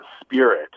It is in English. spirit